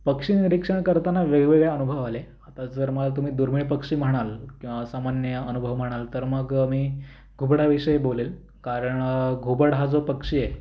पक्षी निरीक्षण करताना वेगवेगळे अनुभव आले आता जर मला तुम्ही दुर्मिळ पक्षी म्हणाल किंवा असामान्य अनुभव म्हणाल तर मग मी घुबडाविषयी बोलेन कारण घुबड हा जो पक्षी आहे